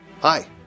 Hi